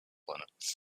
planet